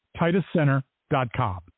TitusCenter.com